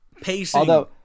Pacing